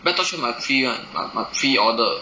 Breadtalk sure must pre~ [one] must must preorder